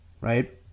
right